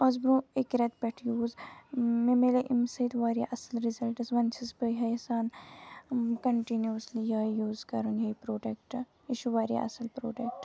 اَز برونٛہہ اَکہِ رٮ۪تہِ پٮ۪ٹھ یوٗز مےٚ مِلے امہِ سۭتۍ واریاہ اَصٕل رِزَلٹٕس وۄنۍ چھَس بہٕ یِہٕے یَژھان کَنٹِنیوٗوَسلی یِہٕے یوٗز کَرُن یِہٕے پرٛوڈَکٹ یہِ چھُ واریاہ اَصٕل پرٛوڈَکٹ